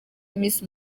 miss